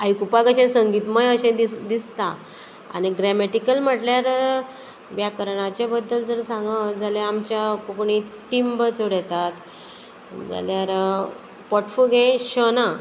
आयकुपाक अशें संगीतमय अशें अशें दिसता आनी ग्रॅमेटिकल म्हटल्यार व्याकरणाच्या बद्दल जर सांगत जाल्यार आमच्या कोंकणींत टिंब चड येतात जाल्यार पोटफुगेंय ष ना